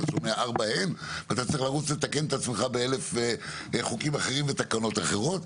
שומע הן ואז אתה צריך לרוץ לתקן את עצמך באלף חוקים אחרים ותקנות אחרות.